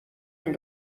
این